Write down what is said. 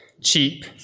cheap